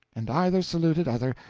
and either saluted other,